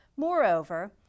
Moreover